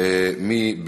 מי שבעד,